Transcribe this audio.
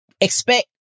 Expect